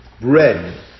bread